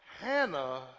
Hannah